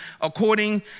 according